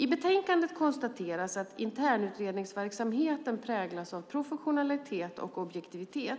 I betänkandet konstateras att internutredningsverksamheten präglas av professionalism och objektivitet.